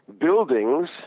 buildings